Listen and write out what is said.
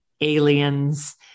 Aliens